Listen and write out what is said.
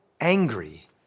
angry